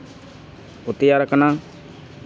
ᱠᱚ ᱛᱮᱭᱟᱨ ᱠᱟᱱᱟ